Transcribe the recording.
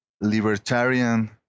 libertarian